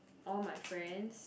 all my friends